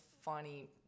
funny